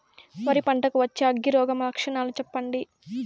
వరి పంట కు వచ్చే అగ్గి రోగం లక్షణాలు చెప్పండి?